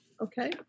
Okay